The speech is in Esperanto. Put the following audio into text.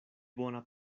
bona